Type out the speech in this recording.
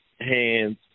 hands